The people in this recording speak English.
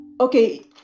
Okay